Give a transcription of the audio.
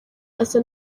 asa